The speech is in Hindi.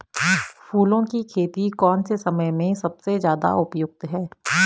फूलों की खेती कौन से समय में सबसे ज़्यादा उपयुक्त है?